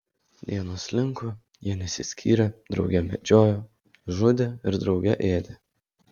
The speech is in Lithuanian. dienos slinko jie nesiskyrė drauge medžiojo žudė ir drauge ėdė